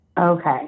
Okay